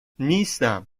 نیستم